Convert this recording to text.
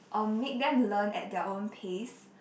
or make them learn at their own pace